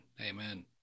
Amen